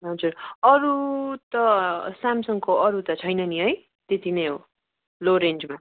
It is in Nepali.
हजुर अरू त स्यामसङको अरू त छैन नि है त्यति नै हो लो रेन्जमा